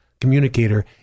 communicator